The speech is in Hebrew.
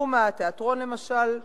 בתחום התיאטרון למשל: